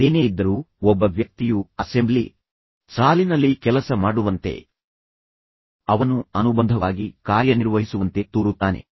ಅದೇನೇ ಇದ್ದರೂ ಒಬ್ಬ ವ್ಯಕ್ತಿಯು ಅಸೆಂಬ್ಲಿ ಸಾಲಿನಲ್ಲಿ ಕೆಲಸ ಮಾಡುವಂತೆ ಅವನು ಅನುಬಂಧವಾಗಿ ಕಾರ್ಯನಿರ್ವಹಿಸುವಂತೆ ತೋರುತ್ತಾನೆ